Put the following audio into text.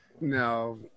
No